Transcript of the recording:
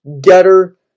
Getter